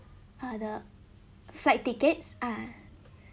uh the flight ticket uh